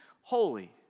holy